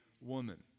woman